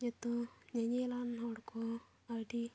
ᱡᱚᱛᱚ ᱧᱮᱧᱮᱞᱟᱱ ᱦᱚᱲ ᱠᱚ ᱟᱹᱰᱤ